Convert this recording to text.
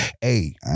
Hey